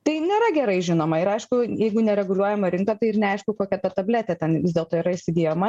tai nėra gerai žinoma ir aišku jeigu nereguliuojama rinka tai ir neaišku kokia ta tabletė ten vis dėlto yra įsigyjama